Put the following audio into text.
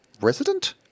resident